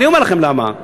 אני אומר לכם למה,